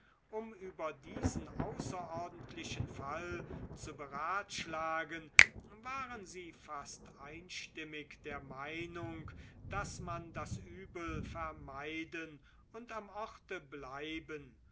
um über diesen außerordentlichen fall zu beratschlagen waren sie fast einstimmig der meinung daß man das übel vermeiden und am orte bleiben